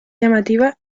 llamativa